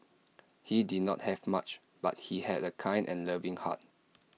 he did not have much but he had A kind and loving heart